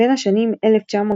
בין השנים 1965–1967